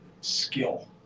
skill